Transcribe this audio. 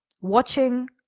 watching